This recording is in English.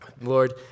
Lord